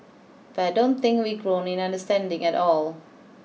but I don't think we've grown in understanding at all